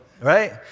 right